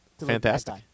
Fantastic